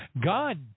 God